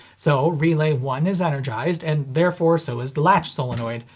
so, relay one is energized, and therefore so is the latch solenoid,